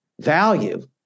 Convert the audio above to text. value